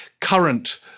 current